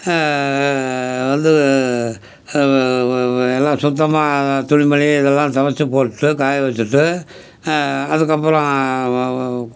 வந்து எல்லாம் சுத்தமாக துணி மணி இதெல்லாம் துவச்சு போட்டுவிட்டு காய வச்சுட்டு அதுக்கப்புறம்